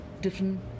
different